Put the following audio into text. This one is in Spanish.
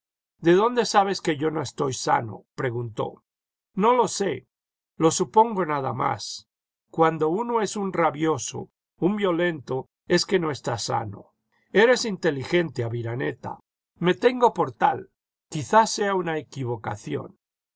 de dónde sabes que yo no estoy sano preguntó no lo sé lo supongo nada más cuando uno es un rabioso un violento es que no está sano eres inteligente aviraneta me tengo por tal quizá sea una equivocación